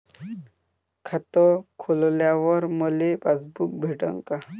खातं खोलल्यावर मले पासबुक भेटन का?